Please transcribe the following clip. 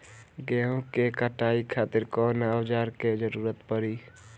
गेहूं के कटाई खातिर कौन औजार के जरूरत परी?